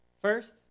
First